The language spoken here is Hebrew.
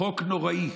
חוק נוראי,